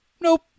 Nope